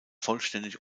vollständig